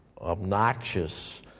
obnoxious